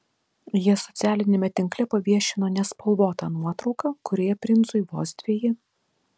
jie socialiniame tinkle paviešino nespalvotą nuotrauką kurioje princui vos dveji